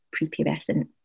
prepubescent